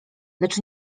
lecz